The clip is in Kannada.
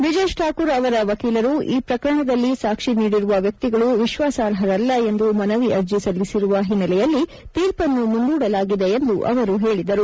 ಬ್ರಿಜೇಶ್ ಠಾಕೂರ್ ಅವರ ವಕೀಲರು ಈ ಪ್ರಕರಣದಲ್ಲಿ ಸಾಕ್ಷಿ ನೀಡಿರುವ ವ್ಯಕ್ತಿಗಳು ವಿಶ್ವಾಸಾರ್ಹರಲ್ಲ ಎಂದು ಮನವಿ ಅರ್ಜಿ ಸಲ್ಲಿಸಿರುವ ಹಿನ್ನೆಲೆಯಲ್ಲಿ ತೀರ್ಪನ್ನು ಮುಂದೂಡಲಾಗಿದೆ ಎಂದು ಅವರು ಹೇಳಿದರು